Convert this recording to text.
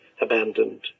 abandoned